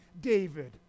David